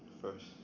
first